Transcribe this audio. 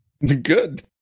Good